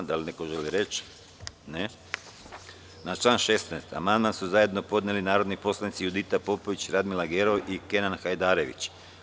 Da li neko želi reč? (Ne.) Na član 16. amandman su zajedno podneli narodni poslanici Judita Popović, Radmila Gerov i Kenan Hajdarević.